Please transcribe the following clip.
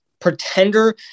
Pretender